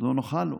לא נוחה לו,